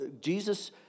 Jesus